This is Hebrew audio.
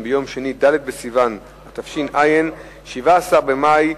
הדבר מקשה על הולכי הרגל שעוברים במעבר,